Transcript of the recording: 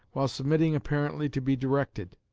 while submitting apparently to be directed.